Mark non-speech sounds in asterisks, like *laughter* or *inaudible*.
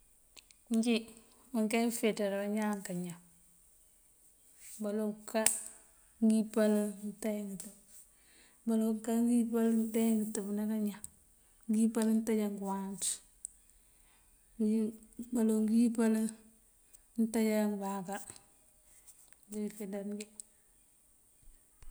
Injí manka ifeţar bañaan kañan, baloη ká *noise* ngёyipal ngёntaanjá ngёtёb baloŋ ka ngёyipal ngёntaanjá ngёtёb nákañan, ngёyipal ngёntaajá ngёwaanţ *unintelligible* baloŋ ngёntaajá ngёbaakёr ţí ifeţar injí.